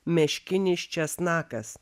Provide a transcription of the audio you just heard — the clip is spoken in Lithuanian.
meškinis česnakas